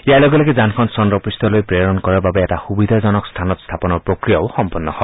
ইয়াৰ লগে লগে যানখন চন্দ্ৰপূঠলৈ প্ৰেৰণ কৰাৰ বাবে এটা সুবিধাজনক স্থানত স্থাপনৰ প্ৰক্ৰিয়া সম্পন্ন হয়